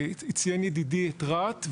וציין ידידי את רהט.